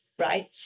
right